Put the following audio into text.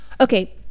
Okay